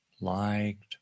liked